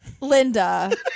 Linda